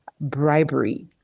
bribery